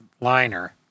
liner